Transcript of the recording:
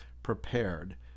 prepared